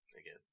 again